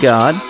God